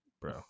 Bro